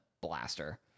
blaster